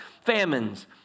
famines